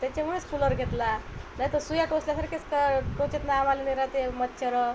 तर त्याच्यामुळेच कूलर घेतला नाही तर सुया टोचल्यासारखेच टोचत आम्हाला ना राहते आम्हाला मच्छर